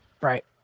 right